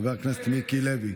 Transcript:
חבר הכנסת מיקי לוי.